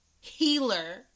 healer